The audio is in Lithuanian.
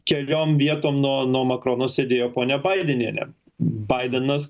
keliom vietom nuo nuo makrono sėdėjo ponia baidinienė baidenas